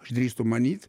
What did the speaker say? aš drįstu manyt